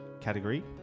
category